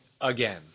again